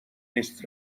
نیست